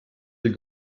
den